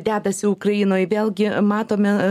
dedasi ukrainoj vėlgi matome